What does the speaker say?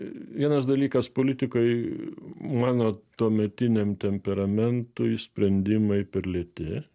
vienas dalykas politikoj mano tuometiniam temperamentui sprendimai per lėti